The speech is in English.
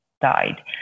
died